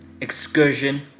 excursion